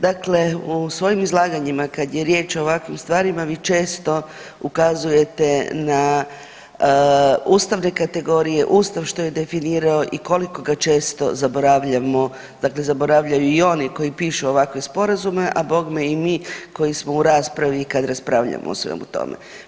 Dakle, u svojim izlaganjima kada je riječ o ovakvim stvarima vi često ukazujete na ustavne kategorije, Ustav što je definirao i koliko ga često zaboravljamo dakle zaboravljaju i oni koji pišu ovakve sporazume, a bogme i mi koji smo u raspravi kada raspravljamo o svemu tome.